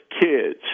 kids